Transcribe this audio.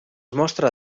mostra